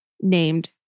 named